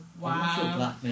Wow